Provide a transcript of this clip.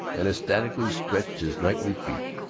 and ecstatically stretched his knightly feet,